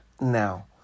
Now